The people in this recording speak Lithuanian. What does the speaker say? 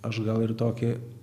aš gal ir tokį